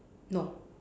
no